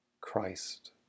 Christ